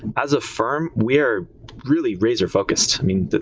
as a firm, we're really razor focused. i mean,